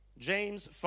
James